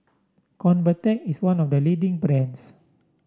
Convatec is one of the leading brands